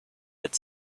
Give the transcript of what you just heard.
had